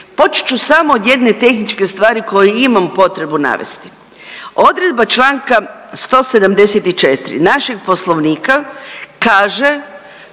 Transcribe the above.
Počet ću samo od jedne tehničke stvari koju imam potrebu navesti. Odredba članka 174. našeg Poslovnika kaže